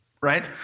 right